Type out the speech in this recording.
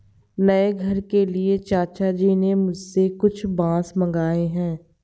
नए घर के लिए चाचा जी ने मुझसे कुछ बांस मंगाए हैं